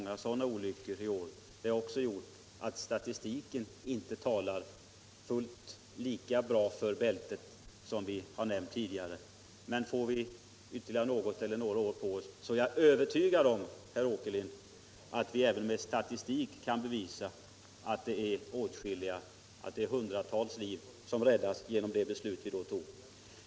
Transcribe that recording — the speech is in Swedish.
Allt detta har bidragit till att statistiken inte ger den rättvisa åt fördelarna av att använda bältet som vi har nämnt tidigare, men får vi ytterligare något eller några år på oss, är jag, herr Åkerlind, övertygad om att vi även med statistik skall kunna bevisa att hundratals liv räddats genom det beslut som vi fattat.